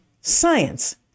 science